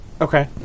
Okay